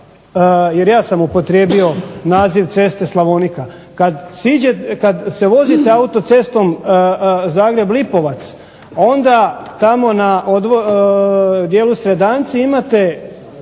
jer ja sam upotrijebio naziv ceste Slavonika. Kad se vozite autocestom Zagreb-Lipovac onda tamo na dijelu Sredanjci imate